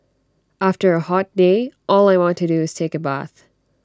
after A hot day all I want to do is take A bath